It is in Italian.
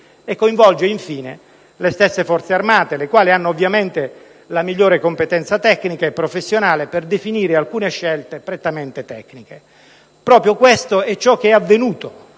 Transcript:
coinvolge le stesse Forze armate, le quali hanno ovviamente la migliore competenza tecnica e professionale per definire alcune scelte prettamente tecniche. Proprio questo è ciò che è avvenuto